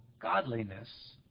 godliness